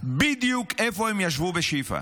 בדיוק איפה הם ישבו בשיפא: